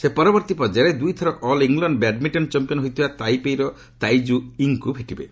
ସେ ପରବର୍ତ୍ତୀ ପର୍ଯ୍ୟାୟରେ ଦୁଇଥର ଅଲ୍ ଇଂଲଣ୍ଡ ବ୍ୟାଡ୍ମିଣ୍ଟନ ଚାମ୍ପିଆନ୍ ହୋଇଥିବା ତାଇପେଇର ତାଇକୁ ଇଙ୍ଗ୍ଙ୍କୁ ଭେଟିବେ